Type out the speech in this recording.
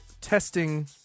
testing